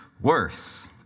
worse